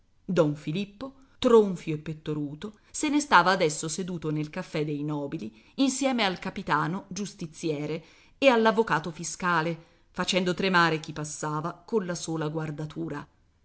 don filippo tronfio e pettoruto se ne stava adesso seduto nel caffè dei nobili insieme al capitano giustiziere e l'avvocato fiscale facendo tremare chi passava colla sola guardatura